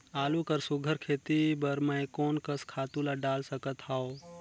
आलू कर सुघ्घर खेती बर मैं कोन कस खातु ला डाल सकत हाव?